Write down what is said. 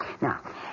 Now